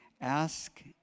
ask